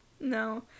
No